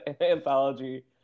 anthology